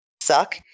suck